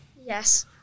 Yes